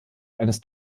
eines